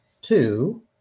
two